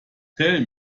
tell